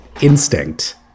instinct